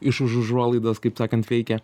iš už užuolaidos kaip sakant veikia